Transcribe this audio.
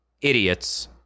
idiots